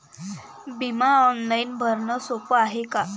बिमा ऑनलाईन भरनं सोप हाय का?